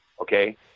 Okay